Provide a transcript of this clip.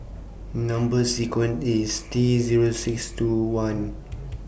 Number sequence IS T Zero six two one